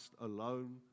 alone